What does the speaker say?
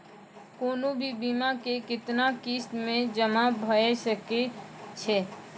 कोनो भी बीमा के कितना किस्त मे जमा भाय सके छै?